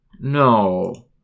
No